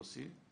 יוסי,